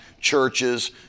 churches